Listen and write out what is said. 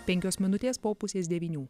penkios minutės po pusės devynių